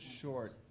short